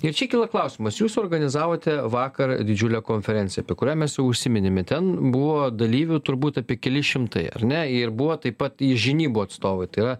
ir čia kyla klausimas jūs suorganizavote vakar didžiulę konferenciją apie kurią mes jau užsiminėme ten buvo dalyvių turbūt apie keli šimtai ar ne ir buvo taip pat iš žinybų atstovai tai yra